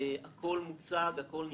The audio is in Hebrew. הכל מוצג, הכל נכתב.